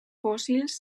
fòssils